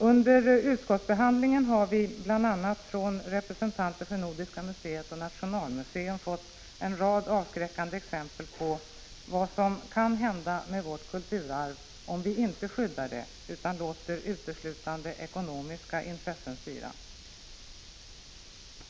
Under utskottsbehandlingen har vi bl.a. från representanter för Nordiska Sky LI utförselav : R vissa äldre museet och Nationalmuseeum fått en rad avskräckande exempel på vad som i kulturföremål kan hända med vårt kulturarv om vi inte skyddar det utan låter uteslutande ekonomiska intressen styra.